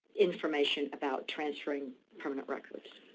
information about transferring permanent records.